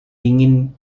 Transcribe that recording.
dingin